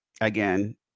Again